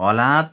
होलांत